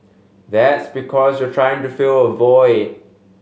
that's because you're trying to fill a void